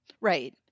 Right